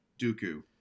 Dooku